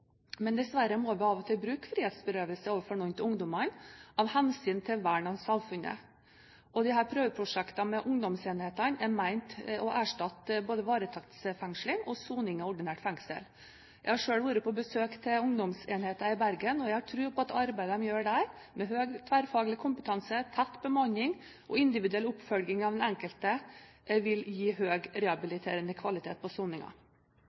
Men jeg skjønte det hjalp meg til å få et vanlig liv igjen. Disse utsagnene fra unge kriminelle forteller oss at regjeringens politikk er fornuftig. Dessverre må vi av og til bruke frihetsberøvelse overfor noen av ungdommene av hensyn til vern av samfunnet. Prøveprosjektene med ungdomsenheter er ment å erstatte både varetektsfengsling og soning i ordinært fengsel. Jeg har selv vært og besøkt ungdomsenheten i Bergen, og jeg har tro på at det arbeidet de gjør der, med høy tverrfaglig kompetanse, tett bemanning og